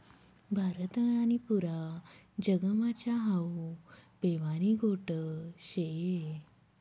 भारत आणि पुरा जगमा च्या हावू पेवानी गोट शे